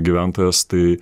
gyventojas tai